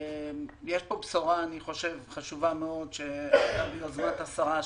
יש פה בשורה חשובה מאוד שהייתה ביוזמת השרה,